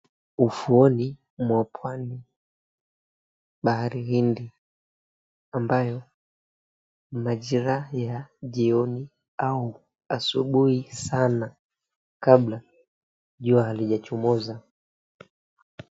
Ufuoni mwa pwani bahari hindi ambayo majira ya jioni au asubui sana kabla jua halijachomoza.